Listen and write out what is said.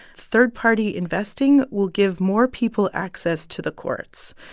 third-party investing will give more people access to the courts.